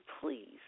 please